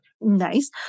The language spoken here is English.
Nice